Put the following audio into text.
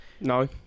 No